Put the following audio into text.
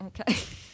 Okay